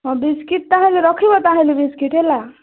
ହଁ ବିସ୍କିଟ୍ ତାହେଲେ ରଖିବ ତାହେଲେ ବିସ୍କିଟ୍ ହେଲା